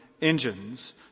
engines